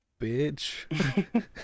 bitch